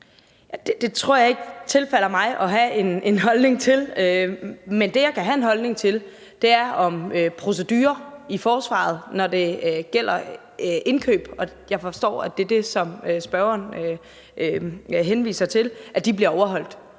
Det tror jeg ikke tilfalder mig at have en holdning til, men det, jeg kan have en holdning til, er, om procedurer i forsvaret, når det gælder indkøb, og jeg forstår, at det er det, som spørgeren henviser til, bliver overholdt,